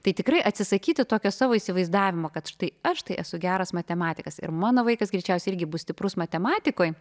tai tikrai atsisakyti tokio savo įsivaizdavimo kad štai aš tai esu geras matematikas ir mano vaikas greičiausiai irgi bus stiprus matematikoj